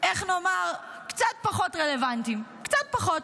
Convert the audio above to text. איך נאמר, קצת פחות רלוונטיים, קצת פחות.